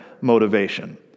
motivation